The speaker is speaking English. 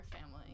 family